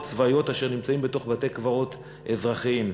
צבאיות אשר נמצאות בתוך בתי-קברות אזרחיים.